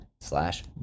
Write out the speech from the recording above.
slash